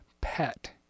pet